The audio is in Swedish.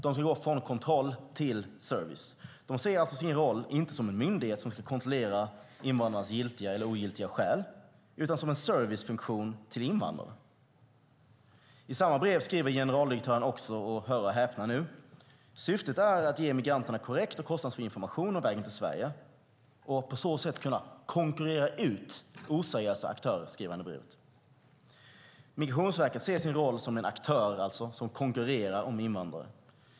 De ska gå från kontroll till service och ser alltså inte sin roll som en myndighet som ska kontrollera invandrarens giltiga eller ogiltiga skäl utan som en servicefunktion till invandrare. Hör och häpna nu, i samma brev skriver generaldirektören också: Syftet är att ge immigranterna korrekt och kostnadsfri information om vägen till Sverige, och på så sätt kunna konkurrera ut oseriösa aktörer. Migrationsverket ser alltså sin roll som en aktör som konkurrerar om invandrare.